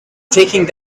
taking